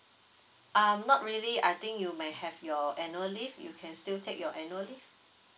um not really I think you may I have your uh annual leave you can still take your annually